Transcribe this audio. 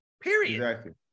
Period